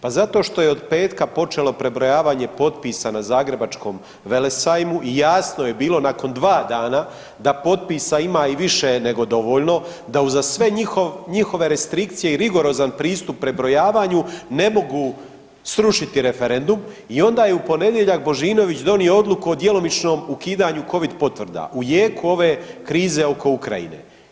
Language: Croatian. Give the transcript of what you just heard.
Pa zato što je od petka počelo prebrojavanje potpisa na Zagrebačkom velesajmu i jasno je bilo nakon 2 dana da potpisa ima i više nego dovoljno, da uza sve njihove restrikcije i rigorozan pristup prebrojavanju ne mogu srušiti referendum i onda je u ponedjeljak Božinović donio odluku o djelomičnom ukidanju Covid potvrda, u jeku ove krize oko Ukrajine.